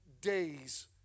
days